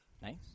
Nice